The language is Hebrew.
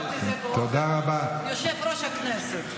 אחוז, יושב-ראש הכנסת.